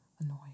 annoying